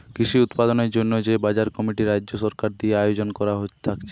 কৃষি উৎপাদনের জন্যে যে বাজার কমিটি রাজ্য সরকার দিয়ে আয়জন কোরা থাকছে